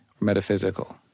metaphysical